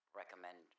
recommend